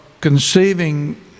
conceiving